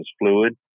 fluid